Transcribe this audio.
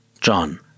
John